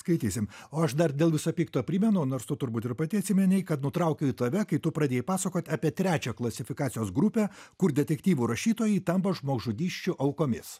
skaitysim o aš dar dėl viso pikto primenu nors tu turbūt ir pati atsiminei kad nutraukiau tave kai tu pradėjai pasakot apie trečią klasifikacijos grupę kur detektyvų rašytojai tampa žmogžudysčių aukomis